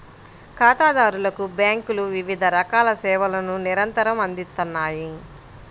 ఖాతాదారులకు బ్యేంకులు వివిధ రకాల సేవలను నిరంతరం అందిత్తన్నాయి